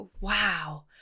wow